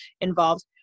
involved